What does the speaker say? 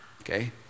Okay